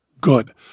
good